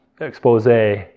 expose